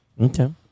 Okay